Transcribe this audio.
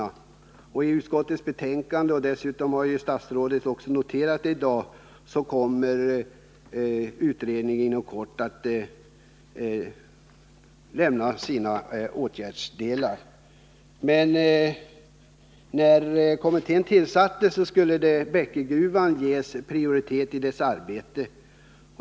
Enligt utskottsbetänkandet — och statsrådet har bekräftat det i dag — kommer utredningen inom kort att lämna sina förslag till åtgärder. När kommittén tillsattes skulle den i sitt arbete ge Bäckegruvan prioritet.